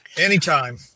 Anytime